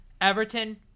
Everton